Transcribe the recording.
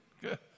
good